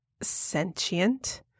sentient